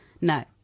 no